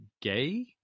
gay